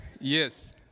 Yes